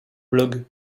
blog